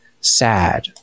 sad